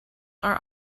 are